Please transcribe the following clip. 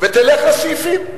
ותלך לסעיפים.